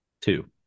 Two